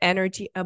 Energy